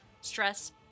stress